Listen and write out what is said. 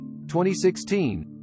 2016